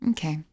Okay